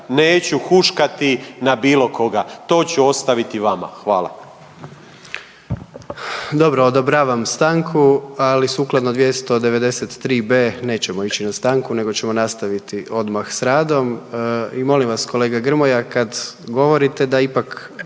neću huškati na bilo koga. To ću ostaviti vama. Hvala.